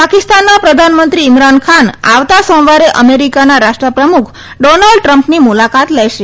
ાકિસ્તાનનાં પ્રધાનમંત્રી ઇમરાન ખાન આવતા સોમવારે અમેરિકના રાષ્ટ્રપ્રમુખ ડોનાલ્ડ ટ્રમ્પ ની મુલાકાત લેશે